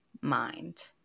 mind